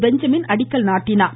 Benjamin அடிக்கல் நாட்டினார்